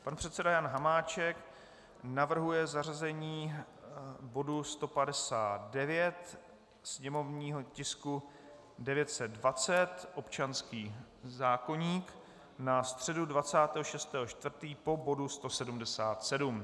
Pan předseda Jan Hamáček navrhuje zařazení bodu 159, sněmovního tisku 920, občanský zákoník, na středu 26. 4. po bodu 177.